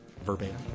verbatim